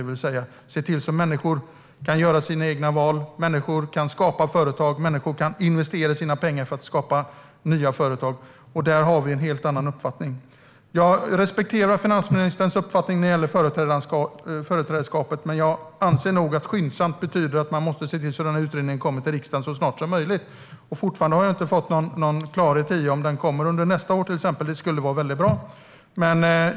Vi ska se till att människor kan göra sina egna val, skapa företag och investera sina pengar för att skapa nya företag. Där har vi helt olika uppfattningar. Jag respekterar finansministerns uppfattning när det gäller företrädaransvar, men jag anser att skyndsamt betyder att man måste se till att utredningen kommer till riksdagen så snart som möjligt. Jag har fortfarande inte fått någon klarhet i om den kommer under exempelvis nästa år, vilket skulle vara bra.